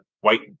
white